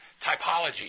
Typology